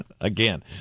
Again